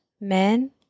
men